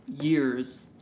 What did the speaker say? years